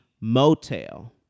Motel